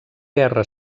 guerra